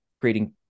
creating